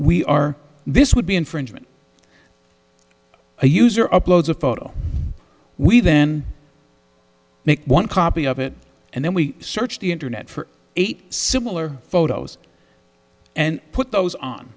we are this would be infringement a user uploads a photo we then make one copy of it and then we search the internet for eight similar photos and put those on